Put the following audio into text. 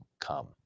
come